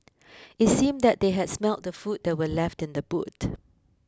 it seemed that they had smelt the food that were left in the boot